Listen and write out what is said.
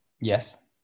Yes